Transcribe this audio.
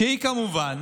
שהיא כמובן